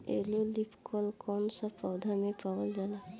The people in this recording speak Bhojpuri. येलो लीफ कल कौन सा पौधा में पावल जाला?